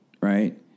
Right